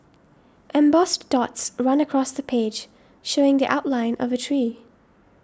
embossed dots run across the page showing the outline of a tree